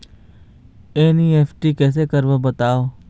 NEFT कैसे करबो बताव?